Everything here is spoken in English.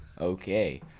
Okay